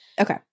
okay